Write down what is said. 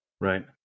Right